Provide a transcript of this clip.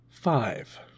Five